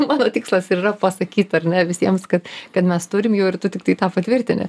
mano tikslas ir yra pasakyt ar ne visiems kad kad mes turim jų ir tu tiktai tą patvirtini